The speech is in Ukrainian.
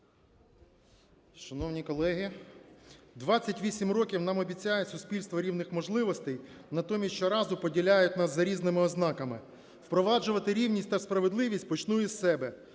Шановні колеги, 28 років нам обіцяють суспільство рівних можливостей, натомість щоразу поділяють нас за різними ознаками. Впроваджувати рівність та справедливість почну із себе.